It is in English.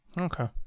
Okay